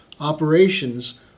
operations